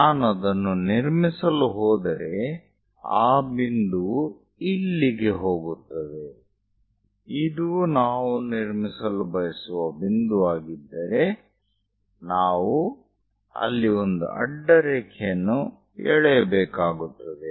ನಾನು ಅದನ್ನು ನಿರ್ಮಿಸಲು ಹೋದರೆ ಆ ಬಿಂದುವು ಇಲ್ಲಿಗೆ ಹೋಗುತ್ತದೆ ಇದು ನಾವು ನಿರ್ಮಿಸಲು ಬಯಸುವ ಬಿಂದುವಾಗಿದ್ದರೆ ನಾವು ಅಲ್ಲಿ ಒಂದು ಅಡ್ಡರೇಖೆಯನ್ನು ಎಳೆಯಬೇಕಾಗುತ್ತದೆ